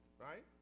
right